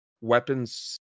weapons